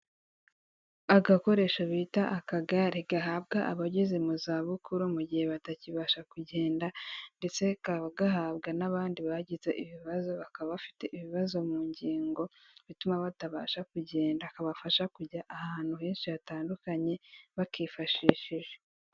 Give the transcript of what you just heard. Agakoresho bita akagare gahabwa abageze mu zabukuru mu gihe batakibasha kugenda ndetse kaba gahabwa n'abandi bagize ibibazo bakaba bafite ibibazo mu ngingo, bituma batabasha kugenda, kabafasha kujya ahantu henshi hatandukanye bakifashishije.